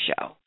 show